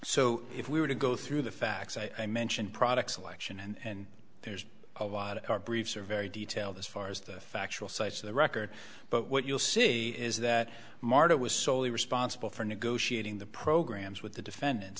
so if we were to go through the facts i mentioned products selection and there's a lot of our briefs are very detailed as far as the factual sides of the record but what you'll see is that martha was solely responsible for negotiating the programs with the defendants